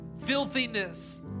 filthiness